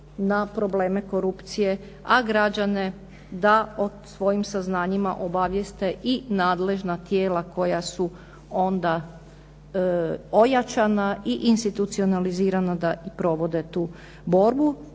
na probleme korupcije a građane da o svojim saznanjima obavijeste i nadležna tijela koja su onda ojačana i institucionalizirana da i provode tu borbu,